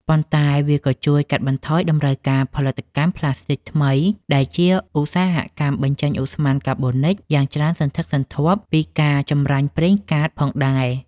ប៉ុន្តែវាក៏ជួយកាត់បន្ថយតម្រូវការផលិតកម្មផ្លាស្ទិកថ្មី ដែលជាឧស្សាហកម្មបញ្ចេញឧស្ម័នកាបូនិកយ៉ាងច្រើនសន្ធឹកសន្ធាប់ពីការចម្រាញ់ប្រេងកាតផងដែរ។